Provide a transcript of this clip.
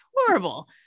horrible